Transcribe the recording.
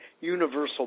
universal